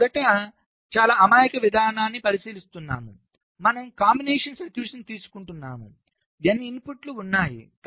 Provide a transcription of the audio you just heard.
మనము మొదట చాలా అమాయక విధానాన్ని పరిశీలిస్తాము మనం కాంబినేషన్ సర్క్యూట్ తీసుకుంటాము N ఇన్పుట్లు ఉన్నాయి